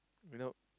you know